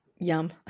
yum